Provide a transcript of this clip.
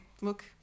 look